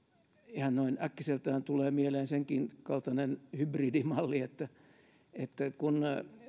ihan noin äkkiseltään tulee mieleen senkin kaltainen hybridimalli että kun